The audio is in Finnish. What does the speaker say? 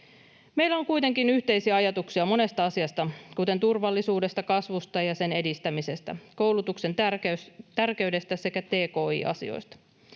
Meillä on kuitenkin yhteisiä ajatuksia monesta asiasta, kuten turvallisuudesta, kasvusta ja sen edistämisestä, koulutuksen tärkeydestä sekä tki-asioista.